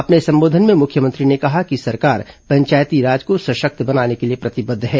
अपने संबोधन में मुख्यमंत्री ने कहा कि सरकार पंचायती राज को सशक्त बनाने के लिए प्रतिबद्व है